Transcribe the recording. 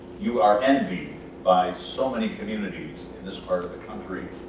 you are envied by so many communities in this part of the country,